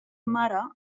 mare